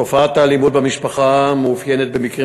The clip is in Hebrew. תופעת האלימות במשפחה מאופיינת במקרים